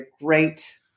great